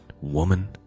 Woman